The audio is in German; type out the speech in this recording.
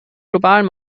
globalen